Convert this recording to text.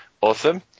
Awesome